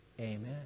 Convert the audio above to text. amen